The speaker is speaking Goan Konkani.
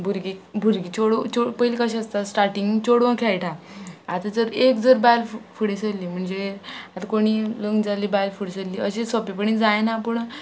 भुरगे भुरगीं चेडूं चेडूं पयली कशें आसता स्टार्टींग चेडूं खेळटा आतां जर एक जर बायल फुडें सरली म्हणजे आतां कोणी लग्न जाल्ली बायल फुडें सरली अशें सोंपेपणी जायना पूण